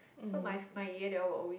so my my 爷 they all will always